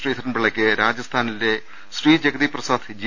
ശ്രീ ധ രൻപി ള്ളക്ക് രാജസ്ഥാനിലെ ശ്രീ ജഗതിപ്രസാദ് ജെ